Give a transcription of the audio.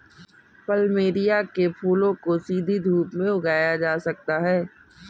plumeria के फूलों को सीधी धूप में उगाया जा सकता है